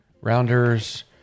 Rounders